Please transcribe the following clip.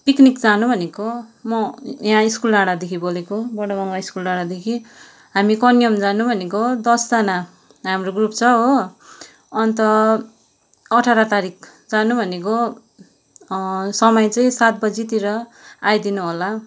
picnic जानु भनेको म यहाँ स्कुल डाँडादेखि बोलेको बड बङ्ग्ला स्कुल डाँडादेखि हामी कन्याम जानु भनेको दसजना हाम्रो ग्रुप छ हो अन्त अठाह्र तारिख जानु भनेको समय चाहिँ सात बजीतिर आइदिनु होला